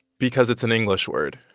because it's an english word.